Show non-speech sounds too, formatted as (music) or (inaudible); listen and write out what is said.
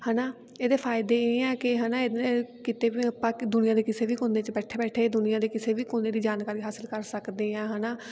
ਹੈ ਨਾ ਇਹਦੇ ਫਾਇਦੇ ਇਹ ਆ ਕਿ ਹੈ ਨਾ (unintelligible) ਕਿਤੇ ਵੀ ਕ ਆਪਾਂ ਦੁਨੀਆਂ ਦੇ ਕਿਸੇ ਵੀ ਕੋਨੇ 'ਚ ਬੈਠੇ ਬੈਠੇ ਦੁਨੀਆਂ ਦੇ ਕਿਸੇ ਵੀ ਕੋਨੇ ਦੀ ਜਾਣਕਾਰੀ ਹਾਸਿਲ ਕਰ ਸਕਦੇ ਹਾਂ ਹੈ ਨਾ